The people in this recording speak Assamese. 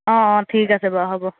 অ অ ঠিক আছে বাৰু হ'ব